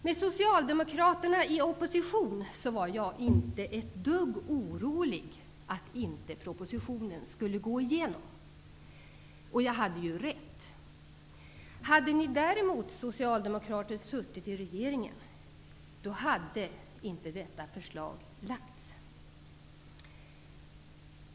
Med Socialdemokraterna i opposition var jag inte ett dugg orolig för att propositionen inte skulle gå igenom, och jag hade ju rätt. Hade däremot Socialdemokraterna suttit i regeringen hade inte detta förslag lagts fram.